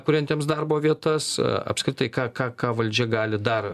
kuriantiems darbo vietas apskritai ką ką ką valdžia gali dar